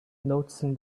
noticing